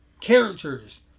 characters